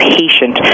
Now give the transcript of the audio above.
patient